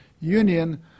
Union